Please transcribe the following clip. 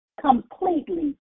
completely